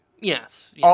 Yes